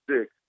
six